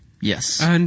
Yes